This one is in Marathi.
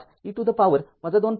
५ e to the power २